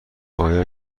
آیا